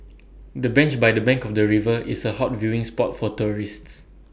the bench by the bank of the river is A hot viewing spot for tourists